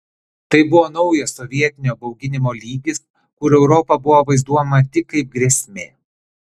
tai buvo naujas sovietinio bauginimo lygis kur europa buvo vaizduojama tik kaip grėsmė